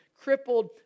crippled